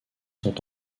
sont